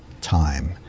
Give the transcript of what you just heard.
time